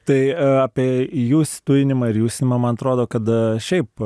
tai apie jus tujinimą ir jusinimą man atrodo kad šiaip